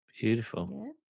Beautiful